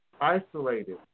isolated